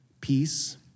peace